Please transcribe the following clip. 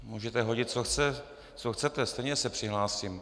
Můžete hodit, co chcete, stejně se přihlásím.